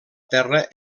terra